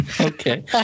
Okay